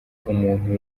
umuntu